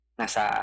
nasa